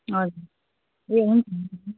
हजुर ए हुन्छ